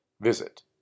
Visit